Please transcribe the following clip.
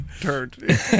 turned